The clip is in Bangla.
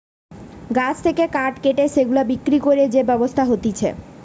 গাছ থেকে কাঠ কেটে সেগুলা বিক্রি করে যে ব্যবসা হতিছে